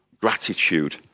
gratitude